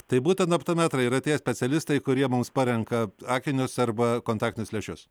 tai būtent optometrai yra tie specialistai kurie mums parenka akinius arba kontaktinius lęšius